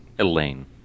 Elaine